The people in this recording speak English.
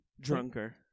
drunker